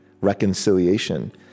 Reconciliation